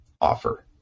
offer